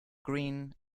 green